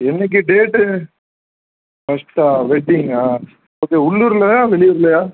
என்றைக்கி டேட்டு ஃபஸ்ட்டா வெட்டிங்கா ஓகே உள்ளூர்லேயா வெளியூர்லேயா